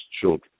children